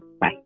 Bye